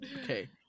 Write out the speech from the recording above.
Okay